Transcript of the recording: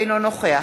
אינו נוכח